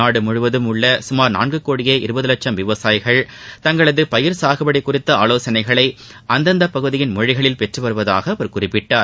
நாடு முழுவதும் உள்ள சுமார் நான்கு கோடியே இருபது லட்சம் விவசாயிகள் தங்களது பயிர் சாகுபடி குறித்த ஆலோசனைகளை அந்தந்தப் பகுதியின் மொழிகளில் பெற்று வருவதாக அவர் குறிப்பிட்டார்